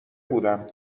بودم